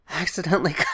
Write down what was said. accidentally